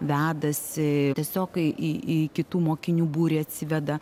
vedasi tiesiog kai į į kitų mokinių būrį atsiveda